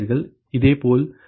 இதேபோல் dp3d2 31